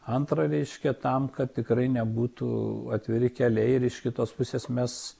antrą reiškia tam kad tikrai nebūtų atviri keliai ir iš kitos pusės mes